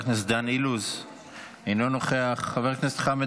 חבר הכנסת דן אילוז, אינו נוכח.